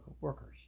workers